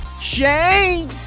Shane